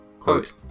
quote